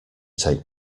take